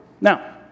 Now